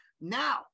Now